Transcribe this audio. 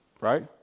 Right